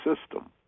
system